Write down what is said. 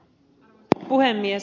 arvoisa puhemies